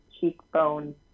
cheekbone